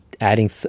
adding